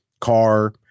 car